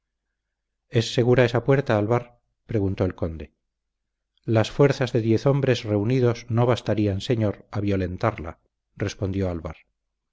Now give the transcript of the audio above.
es segura esa puerta alvar preguntó el conde las fuerzas de diez hombres reunidos no bastarían señor a violentarla respondió